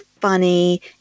funny